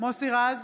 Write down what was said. מוסי רז,